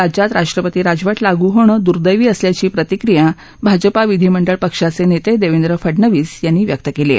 राज्यात राष्ट्रपती राजवट लागू होणं दुर्देवी असल्याची प्रतिक्रिया भाजपा विधीमंडळ पक्षाचे नेते देवेंद्र फडनवीस यांनी व्यक्त केली आहे